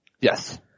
Yes